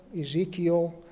Ezekiel